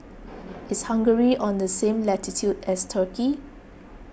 is hungary on the same latitude as Turkey